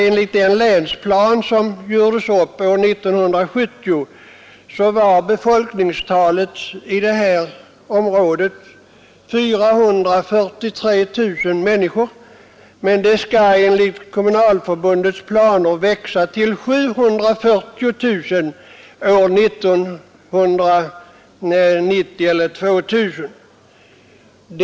Enligt den länsplan som gjordes upp år 1970 var befolkningstalet i detta område 443 000 människor, men det skall enligt kommunalförbundets planer växa till 740 000 år 1990 eller 2000.